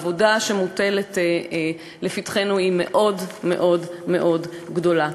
העבודה שמוטלת לפתחנו היא מאוד מאוד מאוד גדולה.